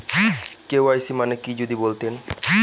KYC মানে কি যদি বলতেন?